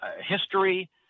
history